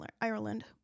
Ireland